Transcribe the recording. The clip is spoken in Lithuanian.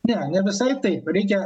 ne visai taip reikia